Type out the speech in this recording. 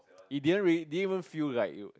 it didn't really didn't even feel like it would